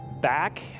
back